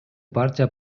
партия